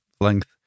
length